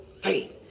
faith